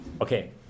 Okay